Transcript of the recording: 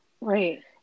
Right